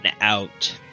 out